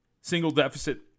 single-deficit